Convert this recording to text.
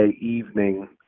evening